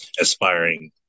aspiring